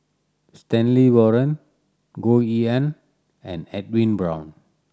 Stanley Warren Goh Yihan and Edwin Brown